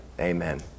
Amen